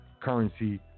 currency